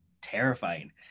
terrifying